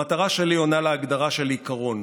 המטרה שלי עונה להגדרה של עיקרון